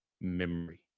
memory